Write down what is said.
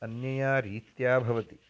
अन्य रीत्या भवति